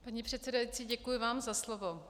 Paní předsedající, děkuji vám za slovo.